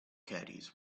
caddies